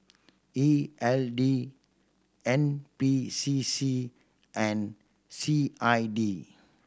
E L D N P C C and C I D